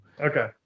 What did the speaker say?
Okay